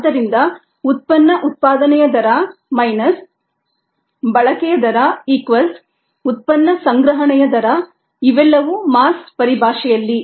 ಆದ್ದರಿಂದ ಉತ್ಪನ್ನ ಉತ್ಪಾದನೆಯ ದರ ಮೈನಸ್ ಬಳಕೆಯ ದರ ಈಕ್ವಾಲ್ಸ್ ಉತ್ಪನ್ನ ಸಂಗ್ರಹಣೆಯ ದರ ಇವೆಲ್ಲವೂ ಮಾಸ್ ಪರಿಭಾಷೆಯಲ್ಲಿ